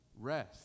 rest